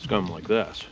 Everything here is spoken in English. scum like this.